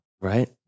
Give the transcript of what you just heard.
Right